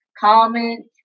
comment